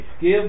Give